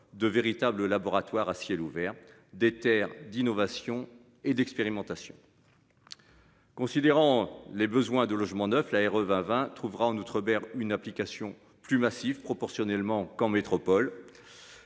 de véritables laboratoires à ciel ouvert des Terres d'innovation et d'expérimentation.-- Considérant les besoins de logements neufs revint 20 trouvera en outre-mer une application plus massive proportionnellement qu'en métropole.